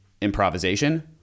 improvisation